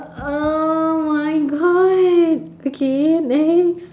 oh my god okay next